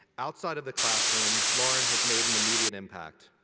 outside of the classroom, lauren has made an immediate impact.